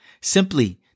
Simply